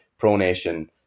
pronation